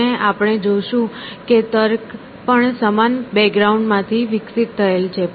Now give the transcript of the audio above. અને આપણે જોશું કે તર્ક પણ સમાન બેકગ્રાઉન્ડ માં થી વિકસિત થયેલ છે